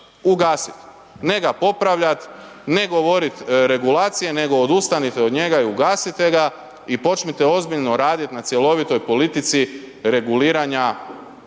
Ugasit, ne ga popravljat, ne govorit regulacija nego odustanite od njega i ugasite ga i počnite ozbiljno radit na cjelovitoj politici reguliranja